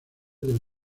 del